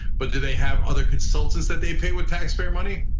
but do they have other consultants that they pay with taxpayer money?